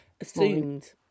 assumed